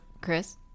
chris